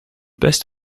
best